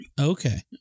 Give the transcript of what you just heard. Okay